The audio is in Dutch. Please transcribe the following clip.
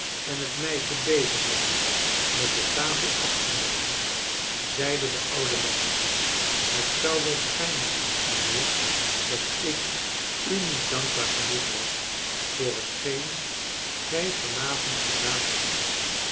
en het meisje bezig was met de tafel af te nemen zeide de oude man het zou wel schijnen mijnheer dat ik u niet dankbaar genoeg was voor hetgeen gij van avond gedaan hebt